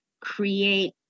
create